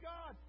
God